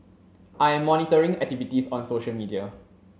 I am monitoring activities on social media